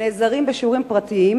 נעזרים בשיעורים פרטיים,